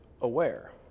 aware